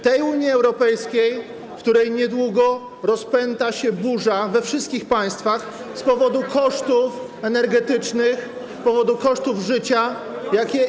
Tej Unii Europejskiej, w której niedługo rozpęta się burza we wszystkich państwach z powodu kosztów energetycznych, z powodów kosztów życia, jakie.